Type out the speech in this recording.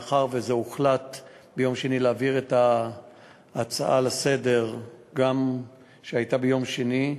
מאחר שהוחלט להעביר את ההצעה לסדר-היום שהייתה ביום שני,